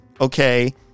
Okay